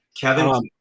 Kevin